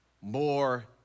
more